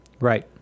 Right